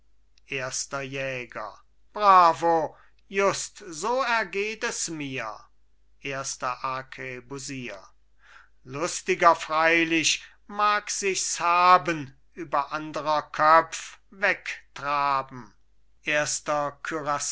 erster jäger bravo just so ergeht es mir erster arkebusier lustiger freilich mag sichs haben über anderer köpf wegtraben erster